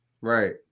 Right